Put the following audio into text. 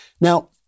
Now